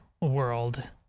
world